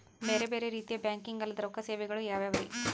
ಬೇರೆ ಬೇರೆ ರೀತಿಯ ಬ್ಯಾಂಕಿಂಗ್ ಅಲ್ಲದ ರೊಕ್ಕ ಸೇವೆಗಳು ಯಾವ್ಯಾವ್ರಿ?